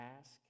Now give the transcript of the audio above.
ask